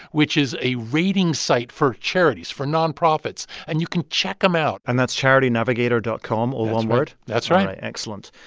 which is a rating site for charities, for nonprofits. and you can check them out and that's charitynavigator dot com all one word? that's right all right. excellent.